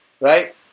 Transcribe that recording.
right